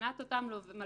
מבחינת אותם מלווים,